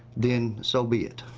then so be it.